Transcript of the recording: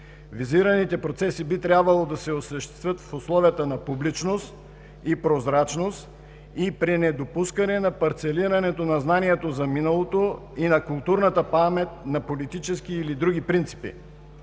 Визираните процеси би трябвало да се осъществят в условията на публичност и прозрачност и при недопускане на парцелиране на знанията за миналото и на културната памет на политически или други принципи.